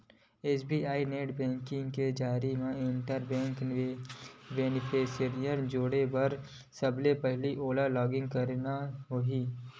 SBI net banking के जरिए म इंटर बेंक बेनिफिसियरी जोड़े बर सबले पहिली ओला लॉगिन करना होही